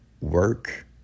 work